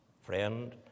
Friend